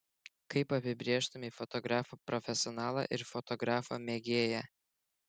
kaip apibrėžtumei fotografą profesionalą ir fotografą mėgėją